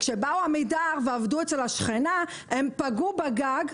כשבאו עמידר ועבדו אצל השכנה הם פגעו בגג,